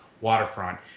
waterfront